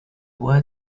word